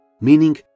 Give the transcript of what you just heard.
meaning